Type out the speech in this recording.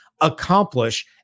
accomplish